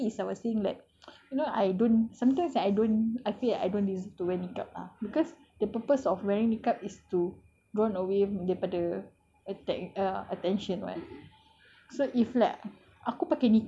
then I when I was having this conversation with hafiz I was saying like you know I don't sometimes I don't I feel like I don't deserve to wear niqab lah because the purpose of wearing niqab is to grown away daripada attention [what]